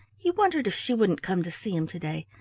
he wondered if she wouldn't come to see him to-day.